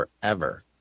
forever